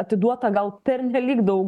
atiduota gal pernelyg daug